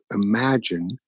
imagine